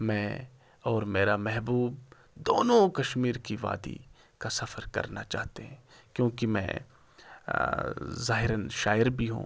میں اور میرا محبوب دونوں کشمیر کی وادی کا سفر کرنا چاہتے ہیں کیونکہ میں ظاہراً شاعر بھی ہوں